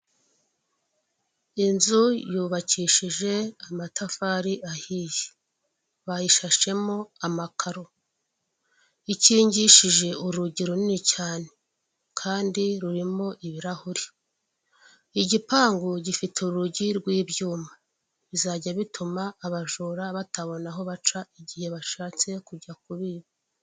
Inzu yubakishije amatafari ahiye bayishashemo amakaro ikigishije urugi runini cyane kandi rurimo ibirahuri, igipangu gifite urugi rw'ibyuma bizajya bituma abajura batabona aho baca igihe bashatse kujya kubiba.